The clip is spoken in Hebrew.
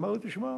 אמר לי: תשמע,